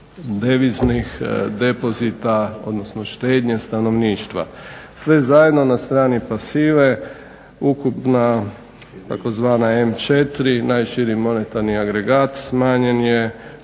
deviznih depozita, odnosno štednje stanovništva. Sve zajedno na strani pasive ukupna tzv. M4 najširi monetarni agregat smanjen je